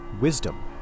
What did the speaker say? Wisdom